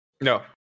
No